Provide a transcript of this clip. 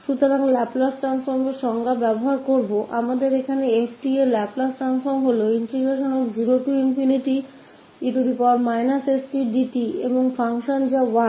तोलाप्लास रूपांतर की परिभाषा का उपयोग कर हमारे पास 𝑓 𝑡 का लाप्लास ट्रांसफार्म0e stfdtहै क्या के बदलने और फंक्शन जो 1 है